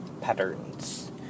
patterns